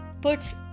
puts